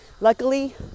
luckily